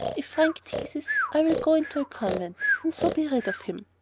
if frank teases, i'll go into a convent and so be rid of him.